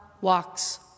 walks